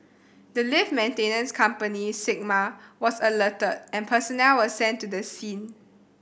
the lift maintenance company Sigma was alerted and personnel were sent to the scene